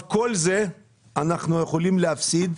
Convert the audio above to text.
את כל זה אנחנו יכולים להפסיד,